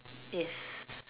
yes